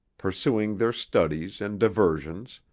pursuing their studies and diversions,